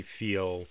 feel